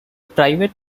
private